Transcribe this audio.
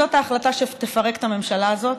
זאת ההחלטה שתפרק את הממשלה הזאת,